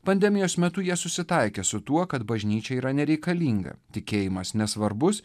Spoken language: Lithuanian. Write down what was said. pandemijos metu jie susitaikė su tuo kad bažnyčia yra nereikalinga tikėjimas nesvarbus